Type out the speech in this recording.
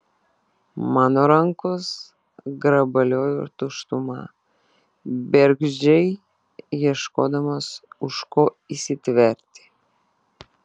mano rankos grabaliojo tuštumą bergždžiai ieškodamos už ko įsitverti